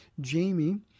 Jamie